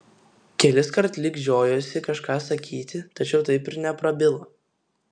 keliskart lyg žiojosi kažką sakyti tačiau taip ir neprabilo